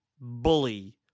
bully